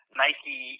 nike